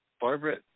Barbara